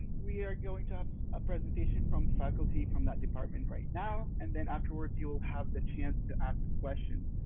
we are going to have a presentation from faculty from that department right now and then afterwards you will have the chance to ask questions.